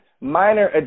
minor